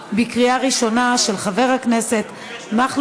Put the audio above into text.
נא להוסיף לפרוטוקול את חברת הכנסת מרב